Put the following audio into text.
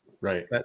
right